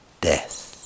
Death